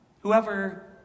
Whoever